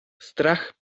strach